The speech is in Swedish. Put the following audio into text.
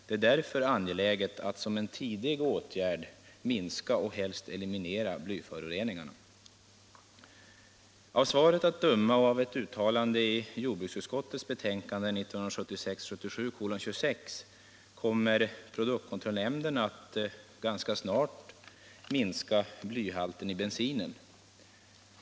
Det är därför angeläget att som en tidig åtgärd minska och helst eliminera blyföroreningarna. Att döma av svaret och av ett uttalande i jordbruksutskottets betänkande 1976/77:26 kommer produktkontrollnämnden att ganska snart föreskriva minskad blyhalt i bensin.